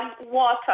water